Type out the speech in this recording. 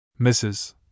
Mrs